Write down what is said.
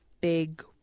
big